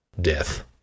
death